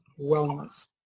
wellness